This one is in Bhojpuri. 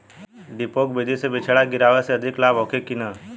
डेपोक विधि से बिचड़ा गिरावे से अधिक लाभ होखे की न?